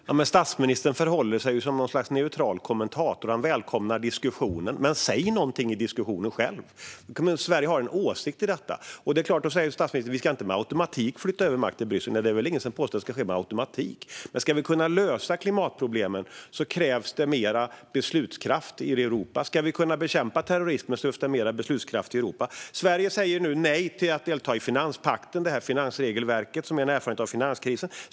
Herr talman! Statsministern förhåller sig som något slags neutral kommentator. Han välkomnar diskussioner, säger han. Men säg något i diskussionen själv! Sverige har en åsikt i detta. Statsministern säger att vi inte med automatik ska flytta över makt till Bryssel. Nej, det är väl ingen som har påstått att det skulle ske med automatik. Ska vi kunna lösa klimatproblemen krävs mer beslutskraft i Europa. Ska vi kunna bekämpa terrorismen behövs mer beslutskraft i Europa. Sverige säger nu nej till att delta i finanspakten, finansregelverket som är en erfarenhet av finanskrisen.